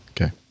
Okay